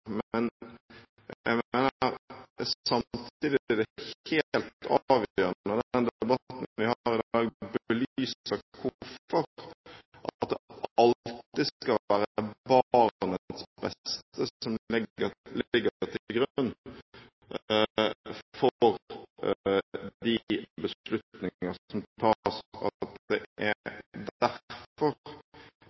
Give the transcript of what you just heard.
Jeg mener det er helt avgjørende, og den debatten vi har i dag, belyser hvorfor det alltid skal være barnets beste som ligger til grunn for de beslutninger som tas.